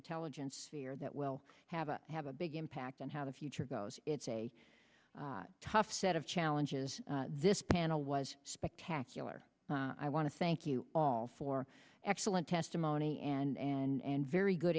intelligence fear that will have a have a big impact on how the future goes it's a tough set of challenges this panel was spectacular you are i want to thank you all for excellent testimony and and very good